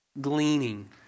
gleaning